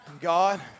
God